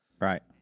Right